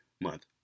Month